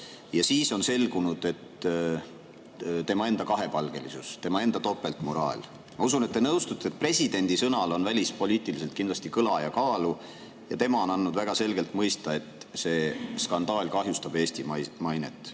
Ja siis on selgunud tema enda kahepalgelisus, tema enda topeltmoraal. Ma usun, et te nõustute, et presidendi sõnal on välispoliitiliselt kindlasti kõla ja kaalu, ja tema on andnud väga selgelt mõista, et see skandaal kahjustab Eesti mainet.